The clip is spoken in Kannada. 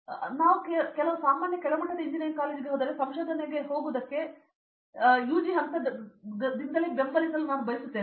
ಹಾಗಾಗಿ ನಾನು ಕೆಲವು ಸಾಮಾನ್ಯ ಕೆಳಮಟ್ಟದ ಇಂಜಿನಿಯರಿಂಗ್ ಕಾಲೇಜ್ಗೆ ಹೋದರೆ ಸಂಶೋಧನೆಗೆ ಹೋಗುವುದಕ್ಕೆ UG ಹಂತಗಳಂತೆ ಬೆಂಬಲಿಸಲು ನಾನು ಬಯಸುತ್ತೇನೆ